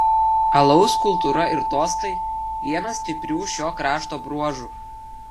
alaus kultūra ir tostai vienas stiprių šio krašto bruožų